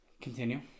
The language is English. Continue